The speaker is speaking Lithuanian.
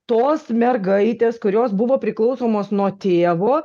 tos mergaitės kurios buvo priklausomos nuo tėvo